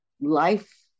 life